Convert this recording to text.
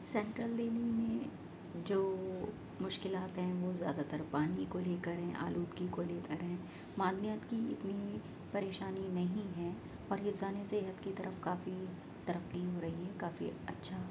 central Delhi میں جو مشکلات ہیں وہ زیادہ تر پانی کو لے کر ہیں آلودگی کو لے کر ہیں مالیات کی اتنی پریشانی نہیں ہیں پر انسانی صحت کی طرف کافی ترقی ہو رہی ہے کافی اچھا